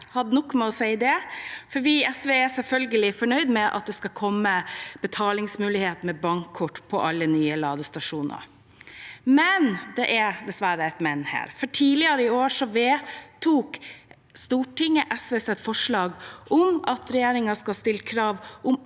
Vi i SV er selvfølgelig fornøyd med at det skal komme betalingsmulighet med bankkort på alle nye ladestasjoner. Men det er dessverre et «men» her. Tidligere i år vedtok Stortinget SVs forslag om at regjeringen skal stille krav om